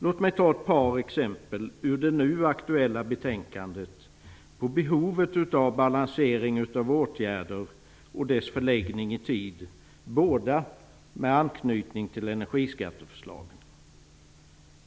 Låt mig ta ett par exempel ur det nu aktuella betänkandet på behovet av balansering av åtgärder och deras förläggning i tiden, båda med anknytning till energiskatteförslaget.